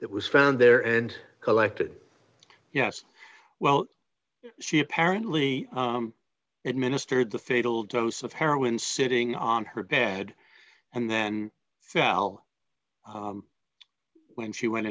that was found there and collected yes well she apparently administered the fatal dose of heroin sitting on her bed and then fell when she went